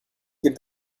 give